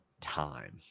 time